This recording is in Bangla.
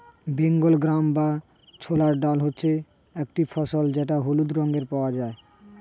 বেঙ্গল গ্রাম বা ছোলার ডাল হচ্ছে একটি ফসল যেটা হলুদ রঙে পাওয়া যায়